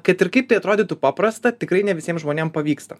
kad ir kaip tai atrodytų paprasta tikrai ne visiem žmonėm pavyksta